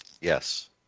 Yes